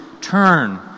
turn